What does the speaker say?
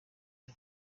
iwe